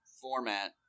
format